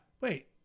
Wait